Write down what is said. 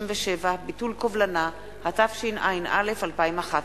התשע"א 2011,